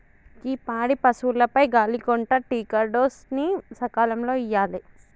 గీ పాడి పసువులకు గాలి కొంటా టికాడోస్ ని సకాలంలో ఇయ్యాలి